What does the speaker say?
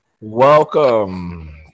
Welcome